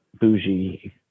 bougie